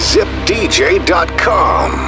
ZipDJ.com